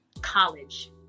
college